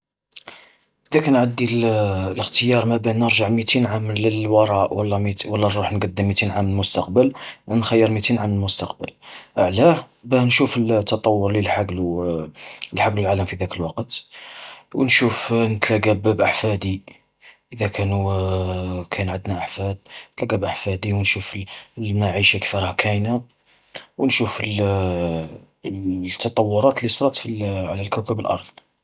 إذا كنا عدي الاختيار ما بين نرجع ميتين عام للوراء ولا نروح نقدم ميتين عام للمستقبل، نخيّر ميتين عام للمستقبل. علاه، نشوف التطور الذي لحقلو لحقلو العالم في ذلك الوقت، ونشوف نتلاقا بأحفادي إذا كانو كاين عدنا أحفاد، نتقلاقا بأحفادي ونشوف المعيشة كيف راها كاينا وشوف التطورات اللي صرات على الكوكب الأرض.